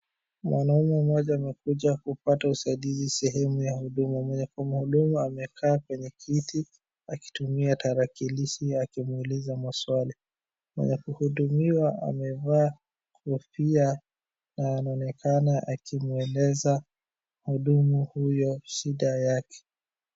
Mwanaume mmoja amekuja kupata usaidizi sehemu ya huduma mwenye kumhudumu amekaa kwenye kiti akitumia tarakilishi akimuuliza maswali, mwenye kuhudumiwa amevaa kofia na anaonekana akimweleza muhudumu huyo shida yake.